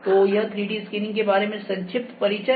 तो यह 3D scanning के बारे में संक्षिप्त परिचय था